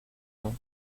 tous